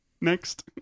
Next